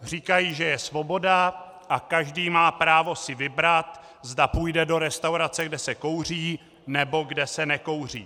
Říkají, že je svoboda a každý má právo si vybrat, zda půjde do restaurace, kde se kouří, nebo kde se nekouří.